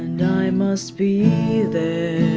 and i must be there.